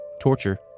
torture